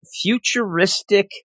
futuristic